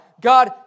God